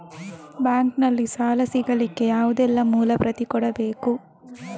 Bank ನಲ್ಲಿ ಸಾಲ ಸಿಗಲಿಕ್ಕೆ ಯಾವುದೆಲ್ಲ ಮೂಲ ಪ್ರತಿ ಕೊಡಬೇಕು?